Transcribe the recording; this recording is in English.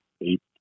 eight